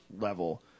level